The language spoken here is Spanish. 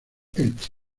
elche